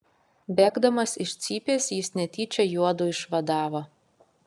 bėgdamas iš cypės jis netyčia juodu išvadavo